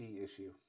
issue